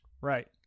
Right